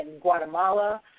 Guatemala